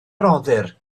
rhoddir